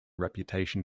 reputation